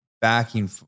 backing